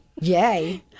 Yay